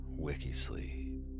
WikiSleep